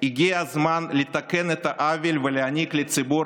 הגיע הזמן לתקן את העוול ולהעניק לציבור